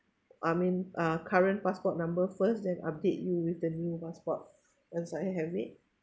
I mean uh current passport number first then update you with the new passport once I have it